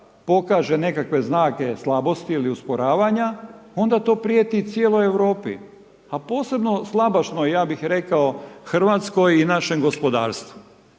pokaže nekakve znake slabosti ili usporavanja onda to prijeti cijeloj Europi a posebno slabašnoj, ja bih rekao Hrvatskoj i našem gospodarstvu